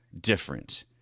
different